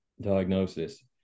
diagnosis